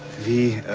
the